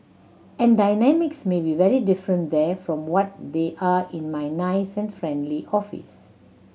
and dynamics may be very different there from what they are in my nice and friendly office